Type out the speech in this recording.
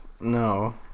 No